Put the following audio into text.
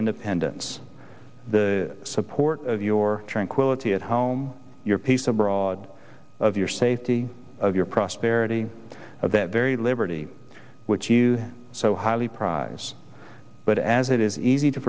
independence the support of your tranquillity at home your peace abroad your safety of your prosperity of the very liberty which you so highly prized but as it is easy to